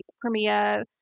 crimea,